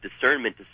discernment